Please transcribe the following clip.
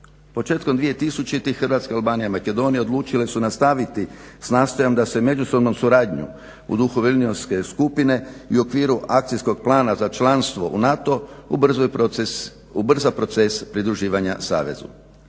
Početkom 2000-ih Hrvatska, Albanija i Makedonija odlučile su nastaviti s nastojanjem da se međusobnu suradnju u duhu … /Govornik se ne razumije./ … skupine i u okviru akcijskog plana za članstvo u NATO ubrza proces pridruživanja Savezu.